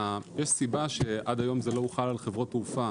יש סיבה שעד היום זה לא הוחל על חברות תעופה.